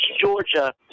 Georgia